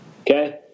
Okay